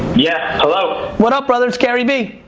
yeah hello. what up brother, it's gary v.